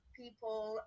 people